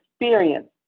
experience